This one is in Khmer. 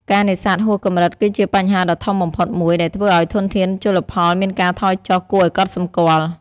ការនេសាទហួសកម្រិតគឺជាបញ្ហាដ៏ធំបំផុតមួយ ដែលធ្វើឲ្យធនធានជលផលមានការថយចុះគួរឲ្យកត់សម្គាល់។